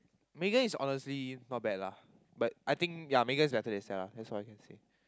Megan is honestly not bad lah but I think ya Megan's definitely stand out that's all I can say